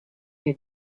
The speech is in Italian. per